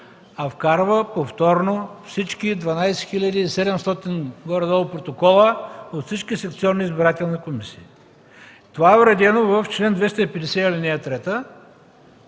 а вкарва повторно всички около 12 700 протокола от всички секционни избирателни комисии. Това е уредено в чл. 250, ал. 3